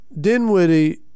Dinwiddie